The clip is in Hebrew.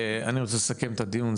אני רוצה לסכם את הדיון,